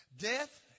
Death